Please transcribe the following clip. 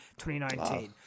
2019